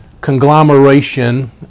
conglomeration